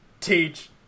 teach